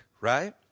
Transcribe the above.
right